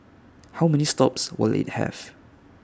how many stops will IT have